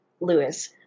Lewis